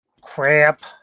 Crap